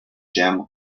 jam